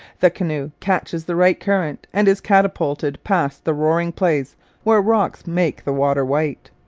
the canoe catches the right current and is catapulted past the roaring place where rocks make the water white.